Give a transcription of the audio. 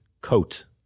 coat